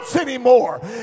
anymore